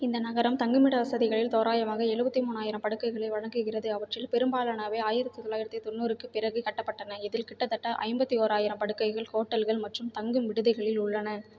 இந்த நகரம் தங்குமிட வசதிகளில் தோராயமாக எழுபத்தி மூணாயிரம் படுக்கைகளை வழங்குகிறது அவற்றில் பெரும்பாலானவை ஆயிரத்து தொள்ளாயிரத்து தொண்ணூறுக்கு பிறகு கட்டப்பட்டன இதில் கிட்டத்தட்ட ஐம்பத்து ஓராயிரம் படுக்கைகள் ஹோட்டல்கள் மற்றும் தங்கும் விடுதிகளில் உள்ளன